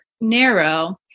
narrow